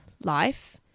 life